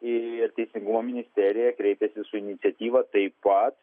ir teisingumo ministerija kreipėsi su iniciatyva taip pat